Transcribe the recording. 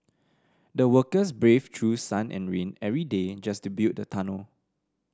the workers braved through sun and rain every day just to build the tunnel